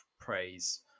praise